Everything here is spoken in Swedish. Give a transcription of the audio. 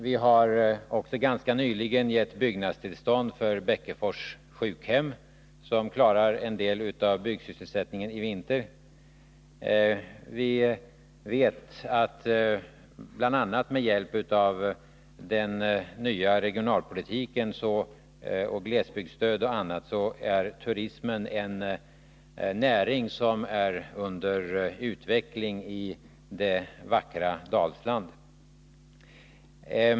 Vi har också ganska nyligen givit byggnadstillstånd för Bäckefors sjukhem, som klarar en del av byggsysselsättningen i vinter. Vi vet också att med hjälp av den nya regionalpolitiken, glesbygdsstöd och annat är turismen en näring som är under utveckling i det vackra Dalsland.